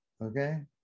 okay